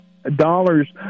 dollars